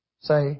Say